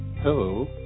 Hello